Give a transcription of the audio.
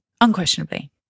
unquestionably